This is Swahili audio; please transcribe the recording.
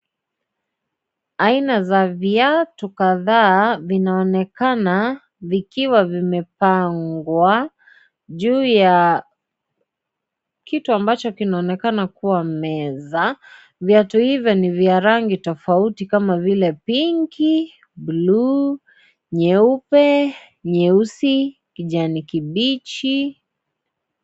Aina za viatu kadhaa vinaonekana vikiwa vimepangwa juu ya kitu ambacho kinaonekana kuwa meza, viatu hivyo ni vya rangi tofauti kama vile pinki, buluu, nyeupe, nyeusi, kijani kibichi.